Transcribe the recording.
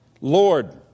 Lord